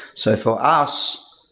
so, for us,